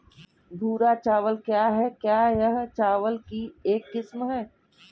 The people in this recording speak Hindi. भूरा चावल क्या है? क्या यह चावल की एक किस्म है?